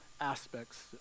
aspects